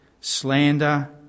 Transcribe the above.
slander